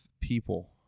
people